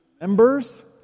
members